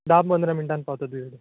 धा पंदरा मिन्टान पावता तुजे कडेन